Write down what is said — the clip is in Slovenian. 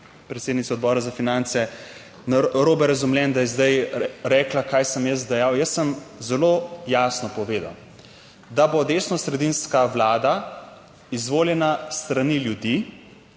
predsednice Odbora za finance, narobe razumljen, da je zdaj rekla, kaj sem jaz dejal. Jaz sem zelo jasno povedal, da bo desnosredinska vlada izvoljena s strani ljudi